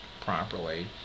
properly